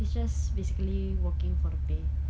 he's just basically working for the pay